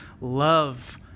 love